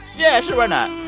yeah. sure. why not?